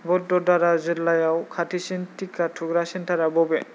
वड'दरा जिल्लायाव खाथिसिन टिका थुग्रा सेन्टारा बबे